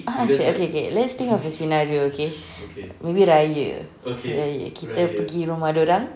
ah okay okay let's think of a scenario okay maybe raya raya kita pergi rumah dorang